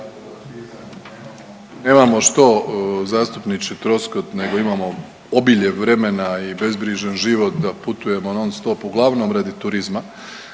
Nemamo što zastupniče Troskot nego imamo obilje vremena i bezbrižan život da putujemo non stop uglavnom radi turizma